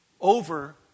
over